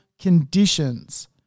conditions